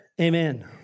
Amen